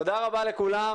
תודה רבה לכולם,